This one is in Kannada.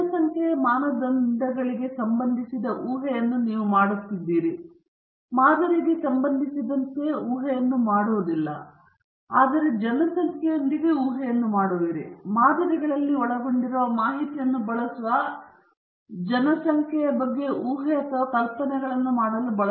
ಜನಸಂಖ್ಯೆಯ ಮಾನದಂಡಗಳಿಗೆ ಸಂಬಂಧಿಸಿದ ಊಹೆಯನ್ನು ನೀವು ಮಾಡುತ್ತಿದ್ದೀರಿ ನೀವು ಮಾದರಿಗೆ ಸಂಬಂಧಿಸಿದಂತೆ ಊಹೆಯನ್ನು ಮಾಡುವುದಿಲ್ಲ ಆದರೆ ಜನಸಂಖ್ಯೆಯೊಂದಿಗೆ ಆದರೆ ನಾವು ಮಾದರಿಗಳಲ್ಲಿ ಒಳಗೊಂಡಿರುವ ಮಾಹಿತಿಯನ್ನು ಬಳಸುವ ಜನಸಂಖ್ಯೆಯ ಬಗ್ಗೆ ಊಹೆಗಳನ್ನು ಅಥವಾ ಕಲ್ಪನೆ ಮಾಡಲು